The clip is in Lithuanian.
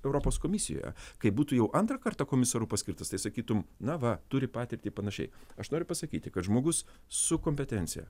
europos komisijoje kai būtų jau antrą kartą komisaru paskirtas tai sakytum na va turi patirtį panašiai aš noriu pasakyti kad žmogus su kompetencija